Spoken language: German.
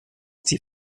die